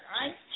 right